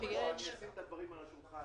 אשים את הדברים על השולחן,